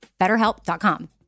BetterHelp.com